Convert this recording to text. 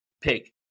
pick